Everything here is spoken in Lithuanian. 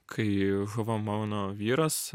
kai žuvo mano vyras